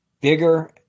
bigger